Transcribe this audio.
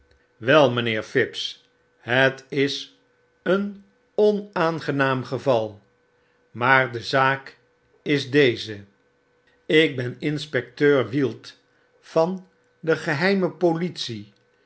wel mynheer phibbs het is een onaangenaam geval maar de zaak is deze ik ben inspecteur wield van de geheime politic